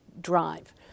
drive